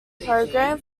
program